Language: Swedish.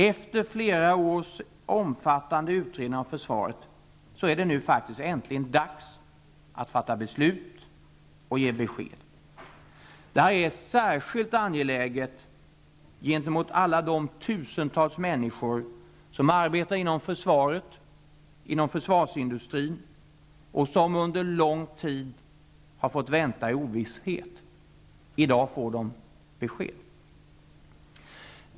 Efter flera års omfattande utredande om försvaret är det nu äntligen dags att fatta beslut och ge besked. Detta är särskilt angeläget gentemot alla de tusentals människor som arbetar inom försvaret och försvarsindustrin, som under lång tid har fått vänta i ovisshet. I dag får de besked.